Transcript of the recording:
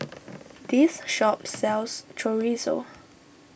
this shop sells Chorizo